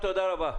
תודה רבה.